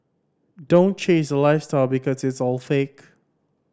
don't chase the lifestyle because it's all fake